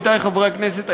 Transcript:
עמיתי חברי הכנסת,